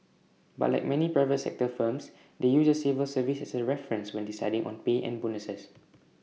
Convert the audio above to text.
but like many private sector firms they use the civil service as A reference when deciding on pay and bonuses